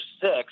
six